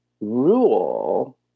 rule